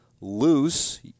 loose